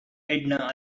edna